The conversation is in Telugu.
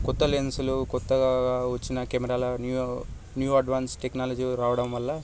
కొత్త లెన్స్లు కొత్తగా వచ్చిన కెమెరాలు న్యూ అడ్వాన్స్ టెక్నాలజీ రావడం వల్ల